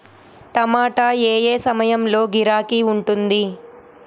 టమాటా ఏ ఏ సమయంలో గిరాకీ ఉంటుంది?